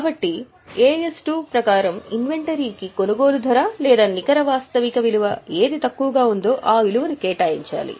కాబట్టి AS 2 ప్రకారం inventory కి కొనుగోలు ధర లేదా నికర వాస్తవిక విలువ ఏది తక్కువగా ఉందో ఆ విలువ ను కేటాయించాలి